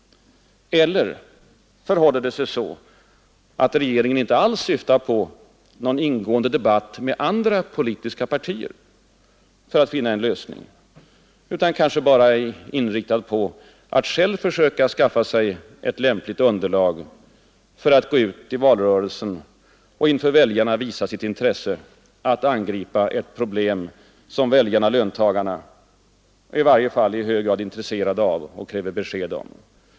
Eller förhåller det sig så, att regeringen inte alls syftar på någon ingående debatt med andra politiska partier för att finna en lösning, utan kanske bara är inriktad på att själv skaffa sig ett lämpligt underlag för att gå ut i valrörelsen och inför väljarna visa sitt intresse att angripa ett problem som väljarna-löntagarna i varje fall är i hög grad intresserade av och kräver besked om?